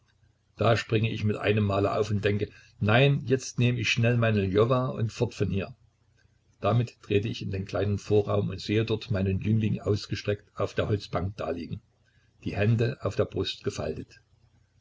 da springe ich mit einem male auf und denke nein jetzt nehme ich schnell meinen ljowa und fort von hier damit trete ich in den kleinen vorraum und sehe dort meinen jüngling ausgestreckt auf der holzbank daliegen die hände auf der brust gefaltet